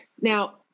Now